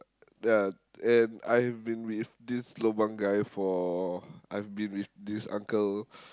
ah and I've been with this lobang guy for I've been with this uncle